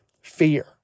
fear